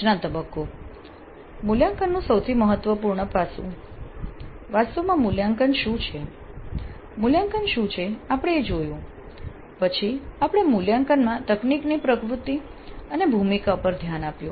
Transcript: રચના તબક્કો મૂલ્યાંકનનું સૌથી મહત્વપૂર્ણ પાસું વાસ્તવમાં મૂલ્યાંકન શું છે મૂલ્યાંકન શું છે આપણે એ જોયું પછી આપણે મૂલ્યાંકનમાં તકનીકની પ્રકૃતિ અને ભૂમિકા પર ધ્યાન આપ્યું